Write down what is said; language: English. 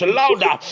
louder